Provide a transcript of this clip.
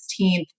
16th